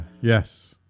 Yes